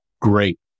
great